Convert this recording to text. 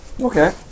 Okay